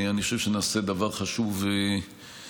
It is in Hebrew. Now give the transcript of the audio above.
אני חושב שנעשה דבר חשוב ומשמעותי.